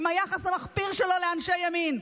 עם היחס המחפיר שלו לאנשי ימין.